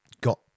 got